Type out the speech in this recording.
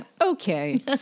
Okay